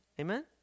Amen